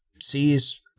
sees